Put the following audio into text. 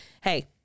hey